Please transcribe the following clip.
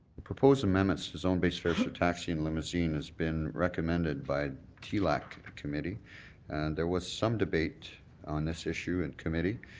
proposed amendments to zone based fares for taxi and limousine has been recommended by t-lack committee and there was some debate on this issue in and committee.